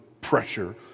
pressure